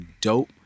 dope